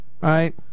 right